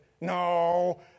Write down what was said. no